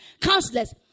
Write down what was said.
counselors